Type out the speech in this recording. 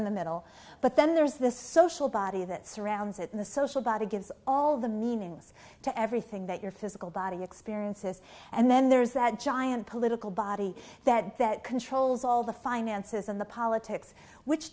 in the middle but then there's this social body that surrounds it in the social body gives all the meanings to everything that your physical body experiences and then there's that giant political body that that controls all the finances and the politics which